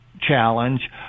challenge